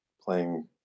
playing